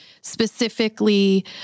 specifically